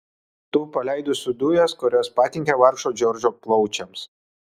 tų paleidusių dujas kurios pakenkė vargšo džordžo plaučiams